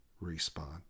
respond